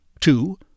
two